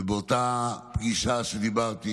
ובאותה פגישה שבה דיברתי